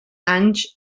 anys